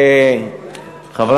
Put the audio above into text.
חבר